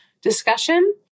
discussion